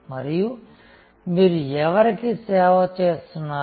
మరియు మీరు ఎవరికీ సేవ చేస్తున్నారు